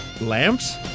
Lamps